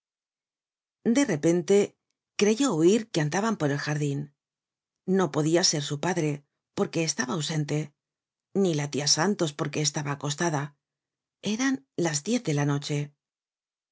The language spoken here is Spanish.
de repente creyó oir que andaban por el jar din no podia ser su padre porque estaba ausente ni la tia santos porque estaba acostada eran las diez de la noche